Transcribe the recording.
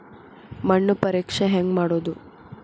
ಮಣ್ಣು ಪರೇಕ್ಷೆ ಹೆಂಗ್ ಮಾಡೋದು?